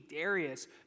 Darius